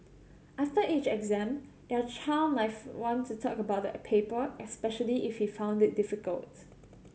after each exam your child may want to talk about the paper especially if he found it difficult